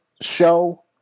show